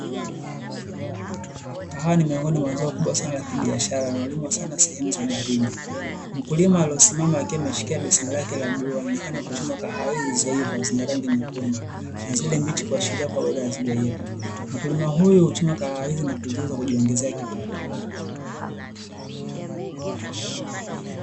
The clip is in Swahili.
Kahawa ni miongoni mwa zao kubwa la kibiashara, zinazolimwa sana sehemu za baridi. Mkulima alosimama akiwa ameshikilia beseni lake la bluu, anaonekana akichuma kahawa hizi zilizoiva zenye rangi nyekundu na zile mbichi zikiashiria kuwa hazijaiva. Mkulima huyu huchuma kahawa hizi kuziuza na kujiongezea kipato.